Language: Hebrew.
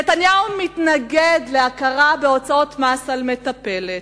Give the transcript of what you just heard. נתניהו מתנגד להכרה בהוצאות מס על מטפלת.